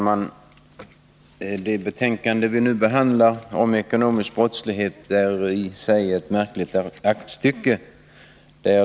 Fru talman! Det betänkande om ekonomisk brottslighet som vi nu behandlar är i sig ett märkligt aktstycke.